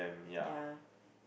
ya